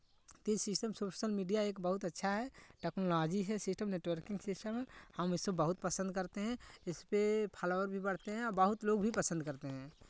तो इस system social media एक बहुत अच्छा है टेक्नोलॉजी है सिस्टम नेटवर्किंग सिस्टम है हम इसे बहुत पसंद करते हैं इसपे फॉलोवर भी बढ़ते हैं बहुत लोग भी पसंद करते हैं